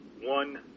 one